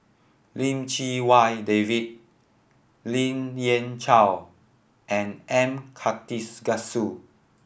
Lim Chee Wai David Lien Ying Chow and M Karthigesu